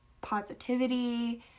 positivity